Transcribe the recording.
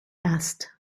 asked